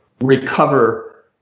recover